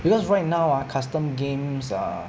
because right now ah custom games are